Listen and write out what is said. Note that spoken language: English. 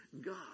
God